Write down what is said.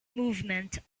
movement